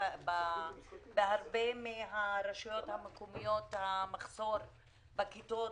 ברבות מן הרשויות המקומיות המחסור בכיתות